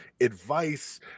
advice